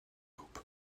groupe